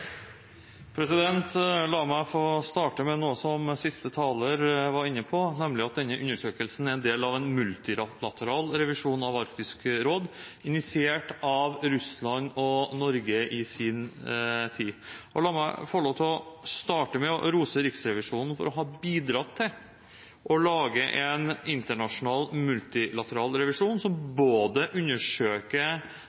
La meg starte med noe som siste taler var inne på, nemlig at denne undersøkelsen er en del av en multilateral revisjon av Arktisk råd, initiert av Russland og Norge i sin tid. Og la meg få lov til å rose Riksrevisjonen for å ha bidratt til å lage en internasjonal multilateral revisjon som